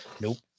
Nope